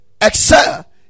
excel